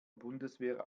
bundeswehr